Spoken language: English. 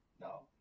No